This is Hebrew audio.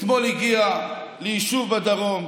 אתמול הוא הגיע ליישוב בדרום,